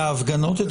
מההפגנות אתמול?